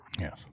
Yes